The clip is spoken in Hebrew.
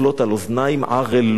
של ממשלה שלא עשתה.